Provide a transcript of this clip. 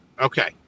Okay